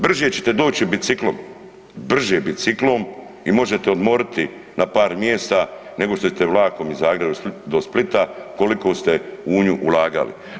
Brže ćete doći biciklom, brže biciklom i možete odmoriti na par mjesta nego što ćete vlakom iz Zagreba do Splita koliko ste u nju ulagali.